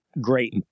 great